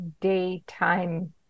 daytime